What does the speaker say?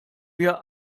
wir